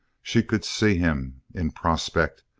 she could see him, in prospect,